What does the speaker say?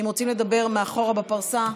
אם רוצים לדבר, מאחור בפרסה.